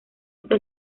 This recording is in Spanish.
esta